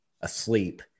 asleep